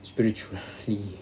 spiritual